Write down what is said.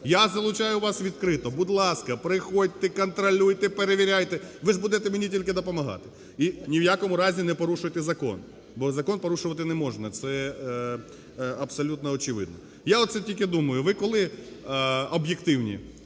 Я залучаю вас відкрито: будь ласка, приходьте, контролюйте, перевіряйте. Ви ж будете мені тільки допомагати. І ні в якому разі не порушуйте закон, бо закон порушувати не можна. Це абсолютно очевидно. Я оце тільки думаю: ви коли об'єктивні?